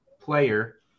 player